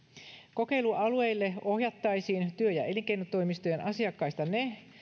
kokeilualueille ohjattaisiin työ ja elinkeinotoimistojen asiakkaista ne